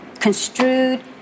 construed